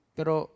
Pero